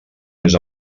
més